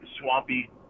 swampy